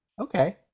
Okay